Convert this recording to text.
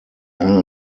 are